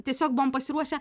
tiesiog buvom pasiruošę